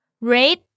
red